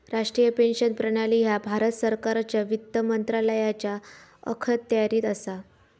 राष्ट्रीय पेन्शन प्रणाली ह्या भारत सरकारच्या वित्त मंत्रालयाच्या अखत्यारीत असा